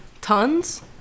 tons